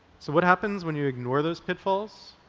so what happens when you ignore those pitfalls?